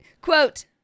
quote